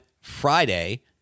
Friday